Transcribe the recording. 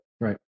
Right